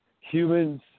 humans